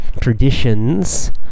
traditions